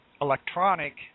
electronic